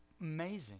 amazing